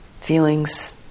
feelings